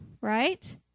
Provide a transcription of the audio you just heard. right